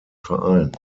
verein